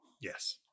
yes